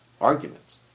arguments